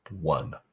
One